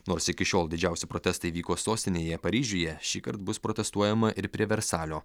nors iki šiol didžiausi protestai vyko sostinėje paryžiuje šįkart bus protestuojama ir prie versalio